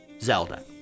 Zelda